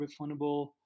refundable